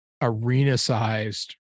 arena-sized